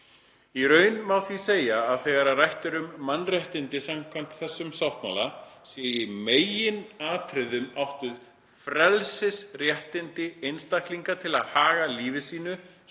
Í raun má því segja að þegar rætt er um mannréttindi samkvæmt þessum sáttmála sé í meginatriðum átt við frelsisréttindi einstaklinganna til að haga lífi sínu,